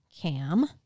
cam